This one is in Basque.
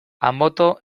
anboto